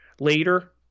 later